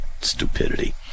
stupidity